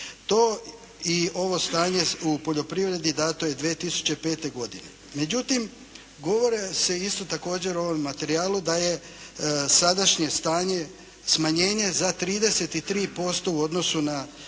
To i ovo stanje u poljoprivredi dato je 2005. godine. Međutim, govori se isto također u ovom materijalu da je sadašnje stanje smanjenje za 33% u odnosu na